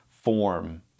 form